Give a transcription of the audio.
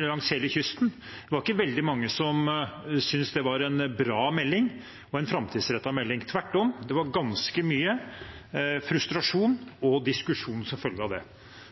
langs hele kysten. Det var ikke veldig mange som syntes det var en bra og framtidsrettet melding. Tvert om: Det var ganske mye frustrasjon og diskusjon som følge av det.